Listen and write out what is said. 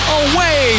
away